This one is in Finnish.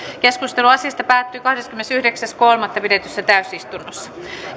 keskustelu asiasta päättyi kahdeskymmenesyhdeksäs kolmatta kaksituhattakuusitoista pidetyssä täysistunnossa